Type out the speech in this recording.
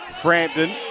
Frampton